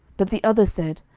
but the other said,